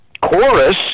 chorus